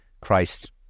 Christ